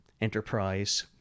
enterprise